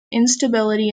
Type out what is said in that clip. instability